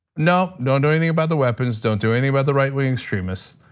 no don't do anything about the weapons, don't do anything about the right wing extremists.